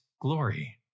glory